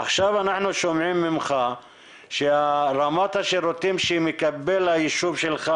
עכשיו אנחנו שומעים ממך שרמת השירותים שמקבל מהתאגיד היישוב שלך,